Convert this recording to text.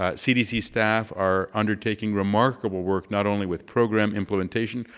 ah cdc staff are undertaking remarkable work, not only with program implementation,